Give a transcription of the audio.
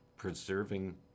Preserving